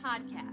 podcast